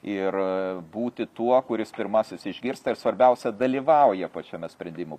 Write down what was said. ir būti tuo kuris pirmasis išgirsta svarbiausia dalyvauja pačiame sprendimų